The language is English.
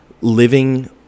living